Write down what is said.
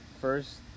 first